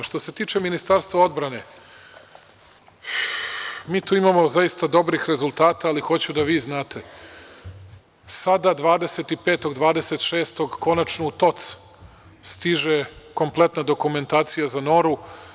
Što se tiče Ministarstva odbrane, mi tu imamo zaista dobrih rezultata, ali hoću da vi znate, sada 25, 26-og. konačno u TOC stiže kompletna dokumentacija za Noru.